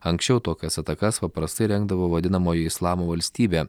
anksčiau tokias atakas paprastai rengdavo vadinamoji islamo valstybė